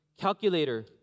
calculator